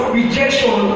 rejection